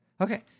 Okay